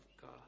God